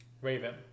Raven